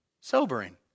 Sobering